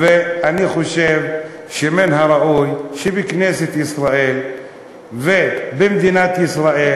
אני חושב שמן הראוי שבכנסת ישראל ובמדינת ישראל,